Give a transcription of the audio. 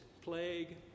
plague